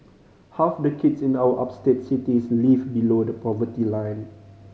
half the kids in our upstate cities live below the poverty line